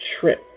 trip